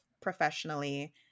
professionally